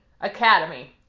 academy